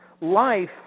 Life